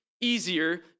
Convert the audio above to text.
easier